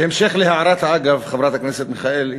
בהמשך להערת האגב של חברת הכנסת מיכאלי,